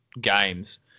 games